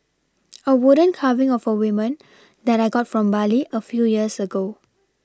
a wooden carving of a women that I got from Bali a few years ago